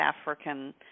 African